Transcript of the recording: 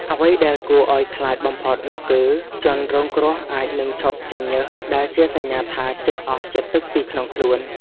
អ្វីដែលគួរឱ្យខ្លាចបំផុតនោះគឺ ជនរងគ្រោះអាចនឹងឈប់ចេញញើស ដែលជាសញ្ញាថាជិតអស់ជាតិទឹកពីក្នុងខ្លួន។